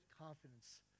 confidence